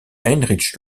heinrich